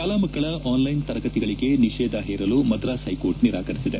ಶಾಲಾ ಮಕ್ಕಳ ಆನ್ಲೈನ್ ತರಗತಿಗಳಿಗೆ ನಿಷೇಧ ಹೇರಲು ಮದ್ರಾಸ್ ಹೈಕೋರ್ಟ್ ನಿರಾಕರಿಸಿದೆ